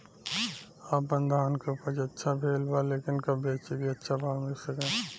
आपनधान के उपज अच्छा भेल बा लेकिन कब बेची कि अच्छा भाव मिल सके?